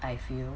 I feel